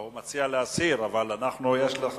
לא, הוא מציע להסיר, אבל לך יש זכות,